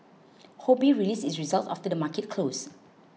Ho Bee released its results after the market closed